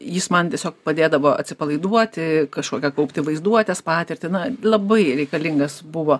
jis man tiesiog padėdavo atsipalaiduoti kažkokią kaupti vaizduotės patirtį na labai reikalingas buvo